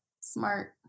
smart